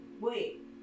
wait